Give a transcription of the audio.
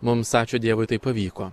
mums ačiū dievui tai pavyko